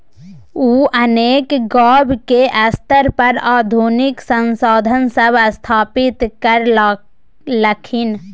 उ अनेक गांव के स्तर पर आधुनिक संसाधन सब स्थापित करलखिन